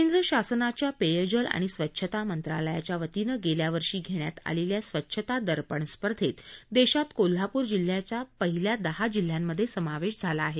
केंद्र शासनाच्या पेयजल आणि स्वच्छता मंत्रालयाच्या वतीनं गेल्या वर्षी घेण्यात आलेल्या स्वच्छता दर्पण स्पर्धेत देशात कोल्हापूर जिल्ह्याचा पहिल्या दहा जिल्ह्यांमध्ये समावेश झाला आहे